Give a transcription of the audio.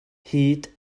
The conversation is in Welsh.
hud